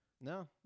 No